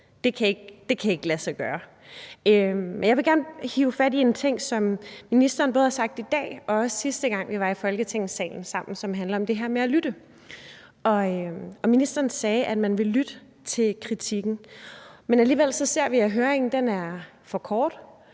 Det kan ikke lade sig gøre. Men jeg vil gerne hive fat i en ting, som ministeren både har sagt i dag og også sagde sidste gang, vi var i Folketingssalen sammen, og det handler om det her med at lytte. Ministeren sagde, at man ville lytte til kritikken, men alligevel ser vi, at høringen er for kort.